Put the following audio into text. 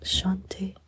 Shanti